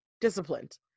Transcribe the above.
Disciplined